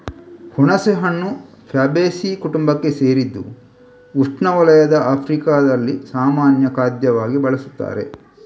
ಹುಣಸೆಹಣ್ಣು ಫ್ಯಾಬೇಸೀ ಕುಟುಂಬಕ್ಕೆ ಸೇರಿದ್ದು ಉಷ್ಣವಲಯದ ಆಫ್ರಿಕಾದಲ್ಲಿ ಸಾಮಾನ್ಯ ಖಾದ್ಯವಾಗಿ ಬಳಸುತ್ತಾರೆ